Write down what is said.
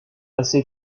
assez